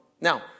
Now